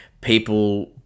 people